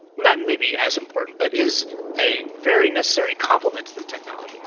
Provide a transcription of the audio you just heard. not and maybe as important, but is a very necessary complement to the technology.